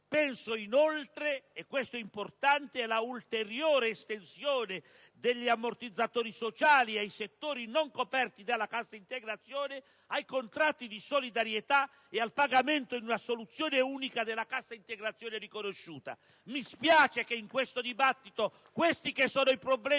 e questo è un elemento importante - all'ulteriore estensione degli ammortizzatori sociali ai settori non coperti dalla cassa integrazione, ai contratti di solidarietà e al pagamento in soluzione unica della cassa integrazione riconosciuta. *(Applausi dal Gruppo PdL).* Mi spiace che in questo dibattito questi che sono i problemi